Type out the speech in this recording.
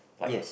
yes